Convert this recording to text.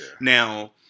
Now